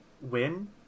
win